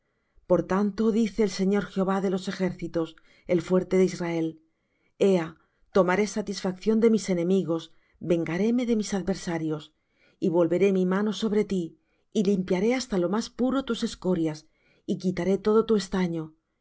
por tanto dice el señor jehová de los ejércitos el fuerte de israel ea tomaré satisfacción de mis enemigos vengaréme de mis adversarios y volveré mi mano sobre ti y limpiaré hasta lo más puro tus escorias y quitaré todo tu estaño